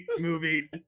movie